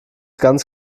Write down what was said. ganz